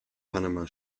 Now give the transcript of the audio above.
panama